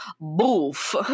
boof